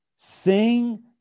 Sing